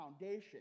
foundation